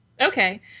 Okay